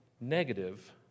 negative